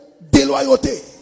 déloyauté